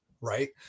Right